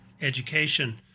education